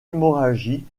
hémorragie